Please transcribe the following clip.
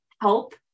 help